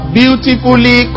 beautifully